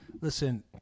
Listen